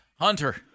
Hunter